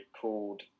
called